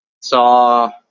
Saw